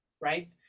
Right